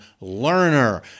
learner